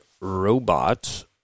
robot